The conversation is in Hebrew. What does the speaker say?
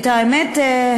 את האמת,